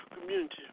community